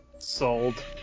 Sold